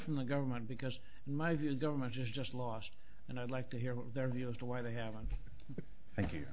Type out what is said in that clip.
from the government because in my view the government has just lost and i'd like to hear their view as to why they haven't thank you